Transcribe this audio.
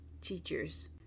teachers